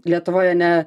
lietuvoj ane